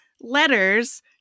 letters